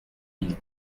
mille